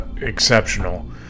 exceptional